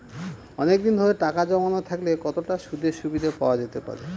অনেকদিন ধরে টাকা জমানো থাকলে কতটা সুদের সুবিধে পাওয়া যেতে পারে?